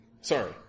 Sorry